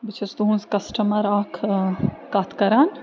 بہٕ چھَس تُہٕنٛز کسٹمر اکھ کَتھ کَران